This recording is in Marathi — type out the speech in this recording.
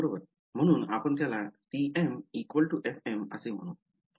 म्हणून आपण त्याला cm fm असे म्हणू